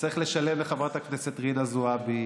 צריך לשלם לחברת הכנסת רינאוי זועבי,